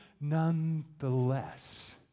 nonetheless